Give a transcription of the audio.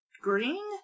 Green